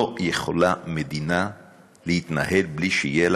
לא יכולה מדינה להתנהל בלי שיהיה לה